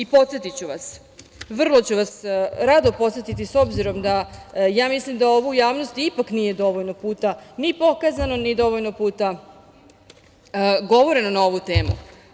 Podsetiću vas, vrlo ću vas rado podsetiti obzirom da mislim da ovo u javnosti ipak nije dovoljno puta ni pokazano, ni dovoljno puta govoreno na ovu temu.